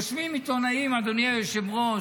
יושבים עיתונאים, אדוני היושב-ראש,